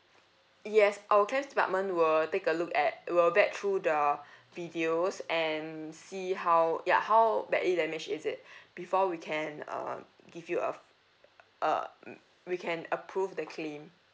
yes our claims department will take a look at will vet through the videos and see how ya how badly damaged is it before we can um give you a uh we can approve the claim